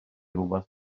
rywbeth